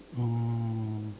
oh